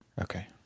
Okay